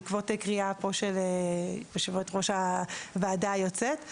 בעיקר קריאה של יושבת-ראש הוועדה היוצאת.